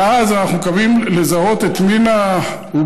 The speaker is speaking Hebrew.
ואז, אנחנו מקווים לזהות את מין העובר